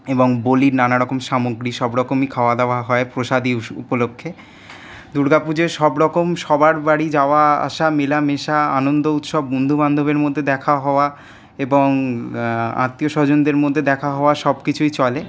এবং বলির নানারকম সামগ্রী সবরকমই খাওয়া দাওয়া হয় প্রসাদি উপলক্ষে দুর্গাপুজোয় সবরকম সবার বাড়ি যাওয়া আসা মেলামেশা আনন্দ উৎসব বন্ধু বান্ধবের মধ্যে দেখা হওয়া এবং আত্মীয়স্বজনদের মধ্যে দেখা হওয়া সবকিছুই চলে